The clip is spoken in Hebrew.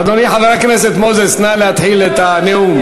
אדוני חבר הכנסת מוזס, נא להתחיל את הנאום.